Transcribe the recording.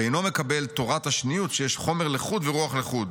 ואינו 'מקבל תורת השניות שיש חומר לחוד ורוח לחוד.